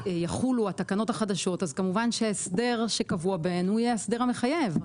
שיחולו התקנות החדשות אז כמובן שההסדר שקבוע בהן הוא יהיה ההסדר המחייב.